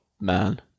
man